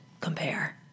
compare